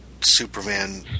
Superman